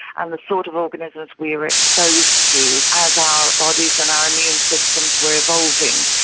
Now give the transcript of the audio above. and the sort of organisms we were exposed to as our bodies and our immune systems were evolving.